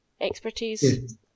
Expertise